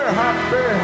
happy